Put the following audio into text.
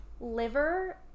liver